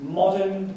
modern